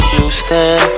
Houston